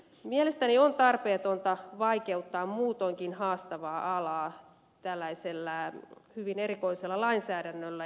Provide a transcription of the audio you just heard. mielestäni on tarpeetonta vaikeuttaa muutoinkin haastavan alan toimintaa tällaisella hyvin erikoisella lainsäädännöllä